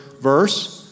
verse